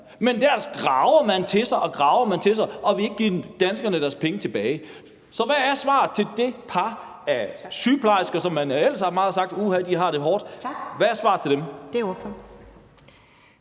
men der graver man og graver man til sig og vil ikke give danskerne deres penge tilbage. Så hvad er svaret til det par, hvor de er sygeplejersker, og hvor man jo ellers meget har sagt, at uha, de har det hårdt? Hvad er svaret til dem? Kl. 13:51 Første